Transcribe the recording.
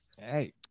Hey